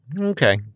Okay